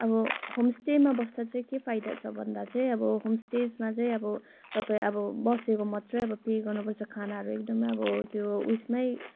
अब होमस्टेमा बस्दा चाहिँ के फाइदा छ भन्दा चाहिँ अब होमस्टेमा चाहिँ अब तपाईँ अब बसेको मात्रै पे गर्नुपर्छ खानाहरू एकदमै अब त्यो उयसमै